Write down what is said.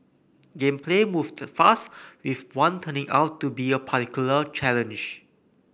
game play moved fast with one turning out to be a particular challenge